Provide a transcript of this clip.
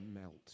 melt